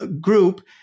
group